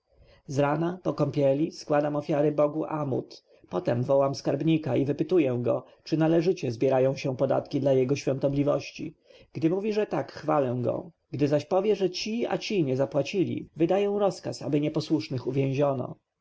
rana po kąpieli składam ofiary bogu atmu a potem wołam skarbnika i wypytuję go czy należycie zbierają się podatki dla jego świątobliwości gdy mówi że tak chwalę go gdy zaś powie że ci a ci nie zapłacili wydaję rozkaz aby nieposłusznych uwięziono